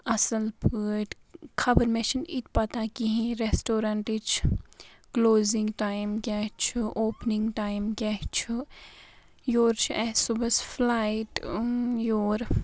اَصٕلۍ پٲٹھۍ خَبر مےٚ چھنہٕ یِتہِ پتہٕ کِہیٖنۍ ریسٹورینٛٹٕچ کٕلوزِنٛگ ٹایِم کیاہ چھُ اوپنِنٛگ ٹایِم کیاہ چھُ یوٚرٕ چھِ اسہِ صُبحس فٕلایِٹ یور